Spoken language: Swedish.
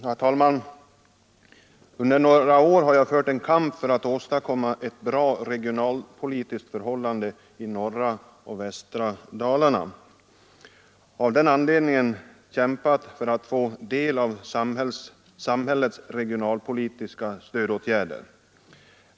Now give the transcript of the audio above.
Herr talman! Under några år har jag fört en kamp för att åstadkomma ett bra regionalpolitiskt förhållande i norra och västra Dalarna genom att framhålla betydelsen av att även dessa bygder får del av samhällets regionalpolitiska stödåtgärder i hela dess vidd.